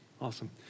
Awesome